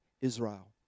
Israel